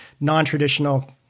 non-traditional